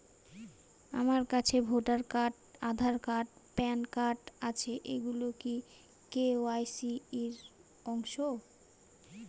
আমার কাছে voter card Aadhaar card pan card আছে এগুলো কি কে.ওয়াই.সি র অংশ?